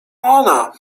ona